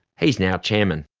he's now chairman.